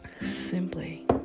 Simply